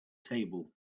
table